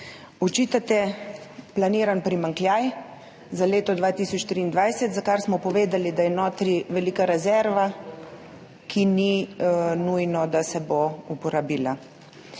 Očitate planiran primanjkljaj za leto 2023, za kar smo povedali, da je notri velika rezerva, ki ni nujno, da se bo uporabila.